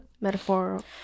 metaphorical